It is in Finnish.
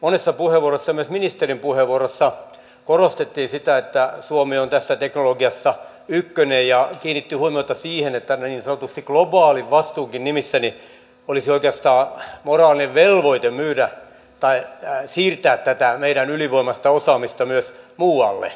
monessa puheenvuorossa ja myös ministerin puheenvuorossa korostettiin sitä että suomi on tässä teknologiassa ykkönen ja kiinnitin huomiota siihen että niin sanotusti globaalin vastuunkin nimissä olisi oikeastaan moraalinen velvoite myydä tai siirtää tätä meidän ylivoimaista osaamistamme myös muualle